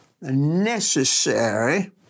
necessary